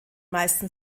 meisten